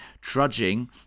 trudging